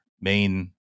main